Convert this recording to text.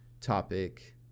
topic